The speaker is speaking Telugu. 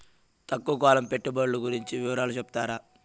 తక్కువ కాలం పెట్టుబడులు గురించి వివరాలు సెప్తారా?